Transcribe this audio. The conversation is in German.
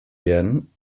werden